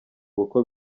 uko